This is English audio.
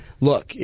look